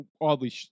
oddly